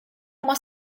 uma